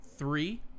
Three